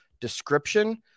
description